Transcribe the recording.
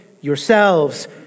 yourselves